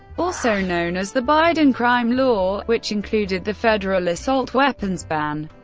also known as the biden crime law, which included the federal assault weapons ban,